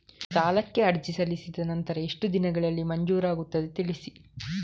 ಸಾಲಕ್ಕೆ ಅರ್ಜಿ ಸಲ್ಲಿಸಿದ ನಂತರ ಎಷ್ಟು ದಿನಗಳಲ್ಲಿ ಮಂಜೂರಾಗುತ್ತದೆ ತಿಳಿಸಿ?